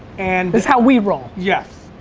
and this how we roll. yes.